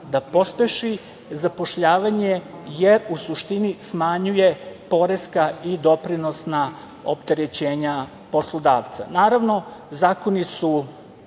da pospeši zapošljavanje jer u suštini smanjuje poreska i doprinosna opterećenja poslodavca. Naravno, zakoni su